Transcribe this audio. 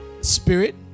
spirit